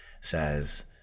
says